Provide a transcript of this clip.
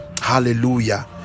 hallelujah